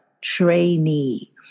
Trainee